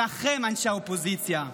שלכם, אנשי האופוזיציה.